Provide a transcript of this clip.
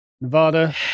Nevada